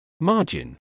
margin